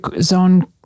zone